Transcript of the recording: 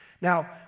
Now